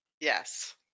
yes